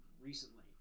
recently